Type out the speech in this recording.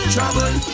Trouble